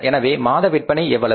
எனவே மாத விற்பனை எவ்வளவு